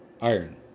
Iron